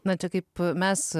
na čia kaip mes